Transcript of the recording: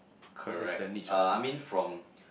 correct uh I mean from